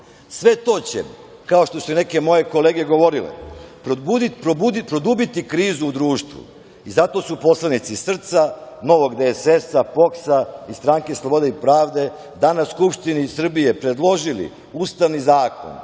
to će, kao što su neke moje kolege govorile, produbiti krizu u društvu. Zato su poslanici SRCA, Novog DSS-a, POKS-a i Stranke slobode i pravde danas Skupštini Srbije predložili ustavni zakon,